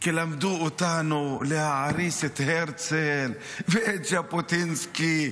כי לימדו אותנו להעריץ את הרצל ואת ז'בוטינסקי,